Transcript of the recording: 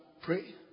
pray